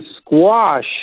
squash